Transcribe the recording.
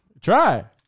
Try